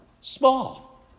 Small